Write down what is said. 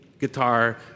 guitar